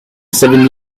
seven